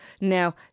now